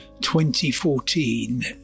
2014